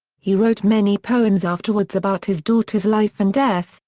he wrote many poems afterwards about his daughter's life and death,